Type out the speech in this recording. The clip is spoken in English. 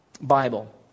Bible